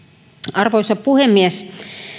arvoisa puhemies